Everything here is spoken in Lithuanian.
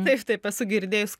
taip taip esu girdėjus